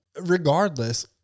regardless